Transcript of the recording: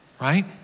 right